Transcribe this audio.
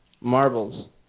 Marbles